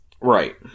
Right